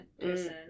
person